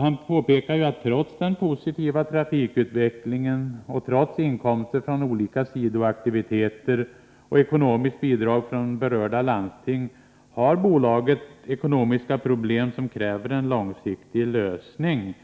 Han påpekade ju att bolaget — trots den positiva trafikutvecklingen och trots inkomster från olika sidoaktiviteter och ekonomiska bidrag från berörda landsting — har ekonomiska problem som kräver en långsiktig lösning.